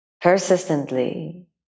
persistently